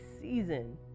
season